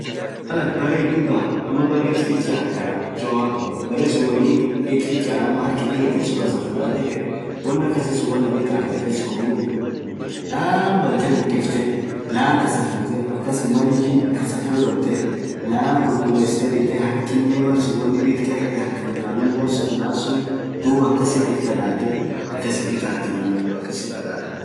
malaatin baree it fichaan amaa baree itfichaan ama baree hark itdiketeen suun wookasaa fudaatii feet woanakasii suun laan detee scruue bite laan bukiiftee laan kassafutee, harkineen malsub woaitkaetee udaan suun harkaan hinkabinii duub itkadaade dubb akaasinn itatii, akasinn kadadamtii.